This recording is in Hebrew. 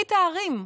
ברית הערים,